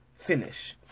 finish